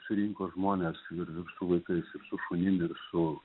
surinko žmones ir su vaikais ir su šunim ir su